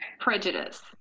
prejudice